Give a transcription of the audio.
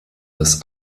das